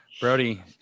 brody